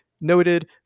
noted